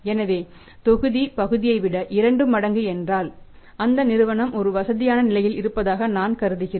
எனவே தொகுதி பகுதியைவிட 2 மடங்கு என்றால் அந்த நிறுவனம் ஒரு வசதியான நிலையில் இருப்பதாக நான் கருதுகிறேன்